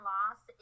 Loss